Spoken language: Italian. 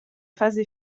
fase